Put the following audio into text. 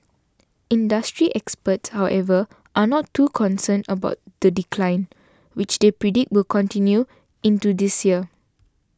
industry experts however are not too concerned about the decline which they predict will continue into this year